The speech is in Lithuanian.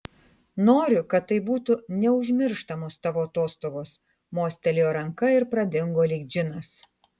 noriu kad tai būtų neužmirštamos tavo atostogos mostelėjo ranka ir pradingo lyg džinas